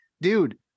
dude